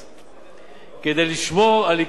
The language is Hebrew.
כדי לשמור על עיקרון זה, של אחידות המס,